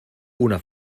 una